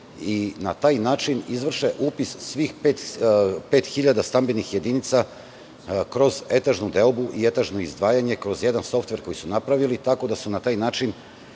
Na taj način izvrše upis svih 5.000 stambenih jedinica kroz etažnu deobu i etažno izdvajanje, kroz jedan softver koji su napravili, tako da su na taj način